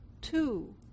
Two